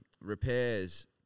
repairs